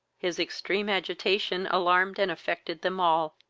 his extreme agitation alarmed and affected them all.